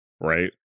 right